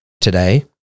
Today